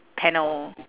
panel